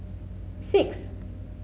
six